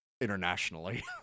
internationally